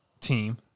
team